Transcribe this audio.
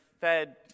fed